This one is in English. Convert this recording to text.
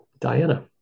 Diana